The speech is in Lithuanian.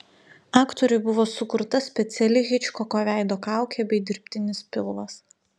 aktoriui buvo sukurta speciali hičkoko veido kaukė bei dirbtinis pilvas